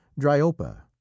Dryopa